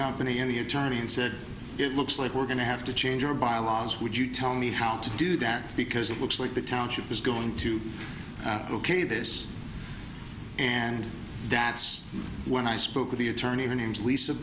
company any attorney and said it looks like we're going to have to change our bylaws would you tell me how to do that because it looks like the township is going to look a this and that's when i spoke to the attorney the names lisa